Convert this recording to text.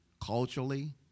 culturally